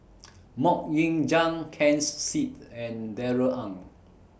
Mok Ying Jang Ken Seet and Darrell Ang